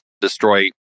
destroy